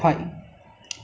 the way they making it